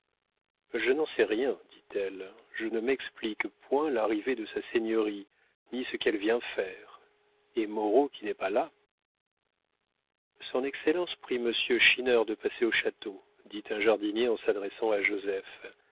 je n'en sais rien dit-elle je ne m'explique point l'arrivée de sa seigneurie ni ce qu'elle vient faire et moreau qui n'est pas là son excellence prie monsieur schinner de passer au château dit un jardinier en s'adressant à joseph